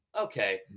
Okay